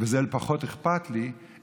וזה פחות אכפת לי,